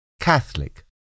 Catholic